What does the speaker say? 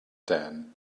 tan